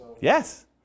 Yes